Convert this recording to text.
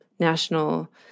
national